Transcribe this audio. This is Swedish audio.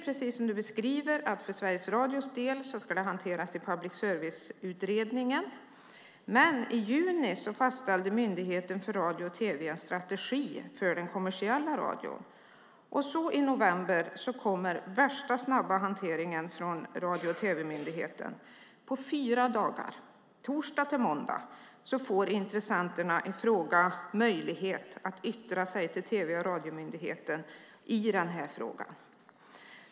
Precis som kulturministern säger ska det när det gäller Sveriges Radio hanteras i Public service-utredningen. I juni fastställde Myndigheten för radio och tv en strategi för den kommersiella radion. I november hade vi den värsta snabba hanteringen från radio och tv-myndigheten. På fyra dagar, från torsdag till måndag, fick intressenterna möjlighet att yttra sig i den här frågan till radio och tv-myndigheten.